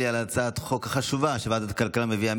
על הצעת חוק חשובה שוועדת הכלכלה מביאה.